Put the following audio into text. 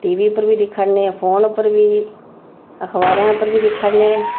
T V उप्पर बी दिक्खा ने फोन उप्पर बी अखबारें उप्पर बी दिक्खा ने